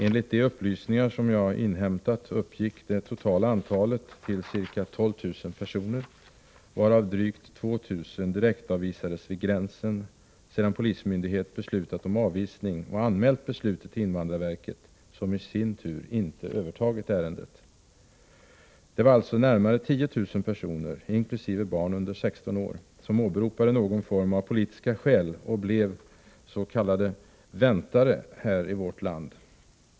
Enligt de upplysningar som jag inhämtat uppgick det totala antalet till ca 12 000 personer, varav drygt 2 000 direktavvisades vid gränsen —- sedan polismyndighet beslutat om avvisning och anmält beslutet till invandrarverket, som i sin tur inte övertagit ärendet. Det var alltså närmare 10 000 personer som åberopade någon form av politiska skäl och blev s.k. väntare här i vårt land.